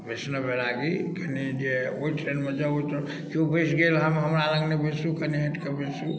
बैष्णव बैरागी अखन जे ओहि ट्रेनमे जाउ ओतऽ केओ बैसि गेल हम हमरा लङ नहि बैसू कने हटि कऽ बैसू